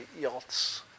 yachts